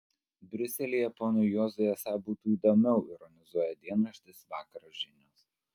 briuselyje ponui juozui esą būtų įdomiau ironizuoja dienraštis vakaro žinios